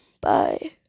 bye